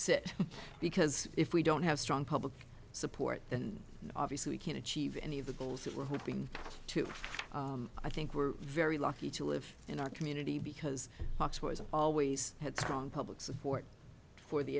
sit because if we don't have strong public support and obviously we can't achieve any of the goals that we're hoping to i think we're very lucky to live in our community because fox was always had strong public support for the